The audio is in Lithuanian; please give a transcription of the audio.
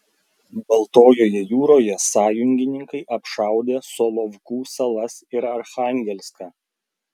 baltojoje jūroje sąjungininkai apšaudė solovkų salas ir archangelską